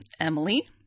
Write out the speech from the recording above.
Emily